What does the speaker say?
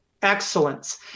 excellence